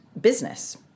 business